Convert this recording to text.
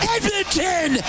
Edmonton